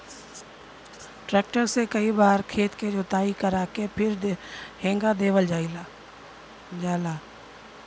tractor से कई बार खेत के जोताई करा के फिर हेंगा देवल जाला